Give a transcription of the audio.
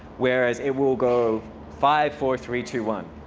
whereas it will go five, four, three, two, one.